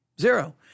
Zero